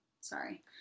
Sorry